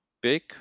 big